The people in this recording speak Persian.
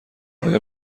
آیا